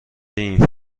این